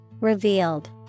Revealed